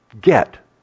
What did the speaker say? get